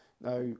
Now